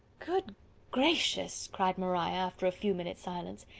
good gracious! cried maria, after a few minutes' silence,